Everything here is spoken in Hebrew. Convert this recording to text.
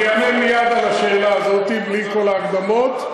אני אענה מייד על השאלה בלי כל ההקדמות,